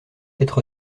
être